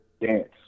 dance